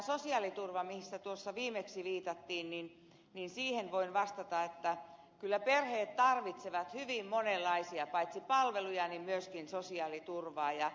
mutta tämän sosiaaliturvan osalta johon tuossa viimeksi viitattiin voin vastata että kyllä perheet tarvitsevat paitsi hyvin monenlaisia palveluja myöskin sosiaaliturvaa